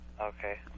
Okay